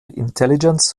intelligence